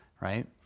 right